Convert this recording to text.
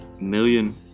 million